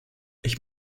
ich